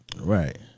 Right